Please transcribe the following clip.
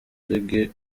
reggae